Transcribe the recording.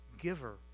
giver